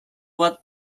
bat